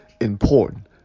important